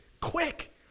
Quick